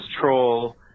troll